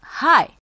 Hi